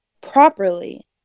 properly